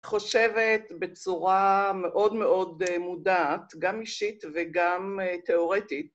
חושבת בצורה מאוד מאוד מודעת, גם אישית וגם תיאורטית.